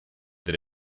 that